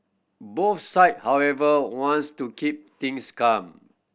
both side however wants to keep things calm